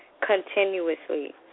continuously